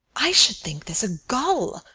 i should think this a gull,